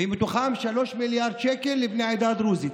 3 מיליארד שקל לבני העדה הדרוזית.